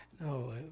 No